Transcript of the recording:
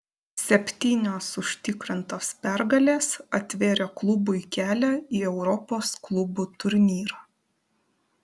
septynios užtikrintos pergalės atvėrė klubui kelią į europos klubų turnyrą